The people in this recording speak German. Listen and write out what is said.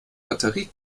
batterie